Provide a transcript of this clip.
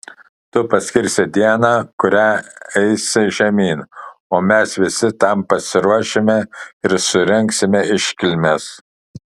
tu paskirsi dieną kurią eisi žemyn o mes visi tam pasiruošime ir surengsime iškilmes